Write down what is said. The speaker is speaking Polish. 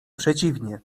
przeciwnie